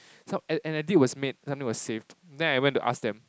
some an edit was made something was saved then I went to ask them